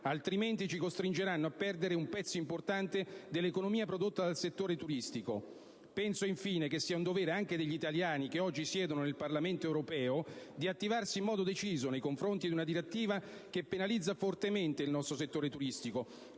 Altrimenti, ci costringeranno a perdere un pezzo importante dell'economia prodotta dal settore turistico. Penso, infine, che sia un dovere anche degli italiani che oggi siedono nel Parlamento europeo attivarsi in modo deciso nei confronti di una direttiva che penalizza fortemente il nostro settore turistico,